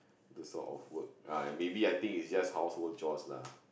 this sort of work ah maybe I think it's just household chores lah